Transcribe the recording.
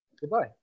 goodbye